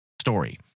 story